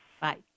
Bye